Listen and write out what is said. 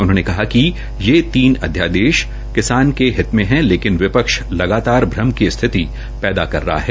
उन्होंने कहा कि यह तीनों अध्यादेश किसान के हित में हैं लेकिन विपक्ष लगातार भ्रम की स्थिति पैदा कर रहा है